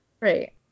Right